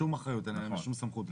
שום אחריות אין להם, שום סמכות.